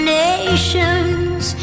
nations